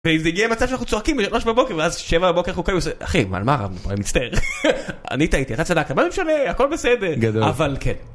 וזה יגיע למצב שאנחנו צועקים בשלוש בבוקר ואז שבע בבוקר אנחנו קוראים לזה אחי מה למה מצטער אני טעיתי אתה צדקת מה משנה הכל בסדר אבל כן